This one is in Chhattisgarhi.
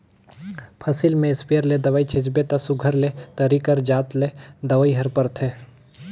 फसिल में इस्पेयर ले दवई छींचबे ता सुग्घर ले तरी कर जात ले दवई हर परथे